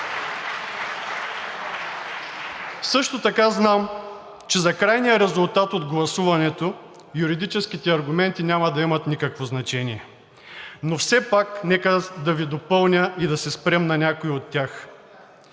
Също така знам, че за крайния резултат от гласуването юридическите аргументи няма да имат никакво значение, но все пак нека да Ви допълня и да се спрем на някои от тях.